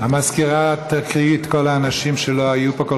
המזכירה תקריא את שמות כל האנשים שלא היו פה,